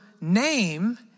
name